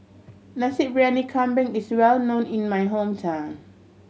Nasi Briyani Kambing is well known in my hometown